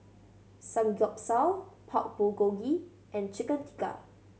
Samgyeopsal Pork Bulgogi and Chicken Tikka